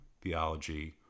theology